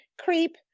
creep